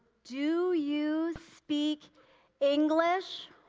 do you speak english?